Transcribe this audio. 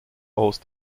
hosts